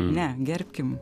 ne gerbkim